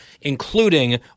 including